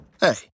Hey